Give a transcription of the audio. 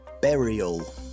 Burial